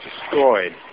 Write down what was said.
destroyed